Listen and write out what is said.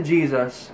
Jesus